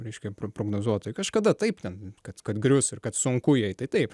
reiškia pro prognozuotojai kažkada taip ten kad kad grius ir kad sunku jai tai taip